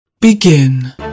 Begin